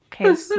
okay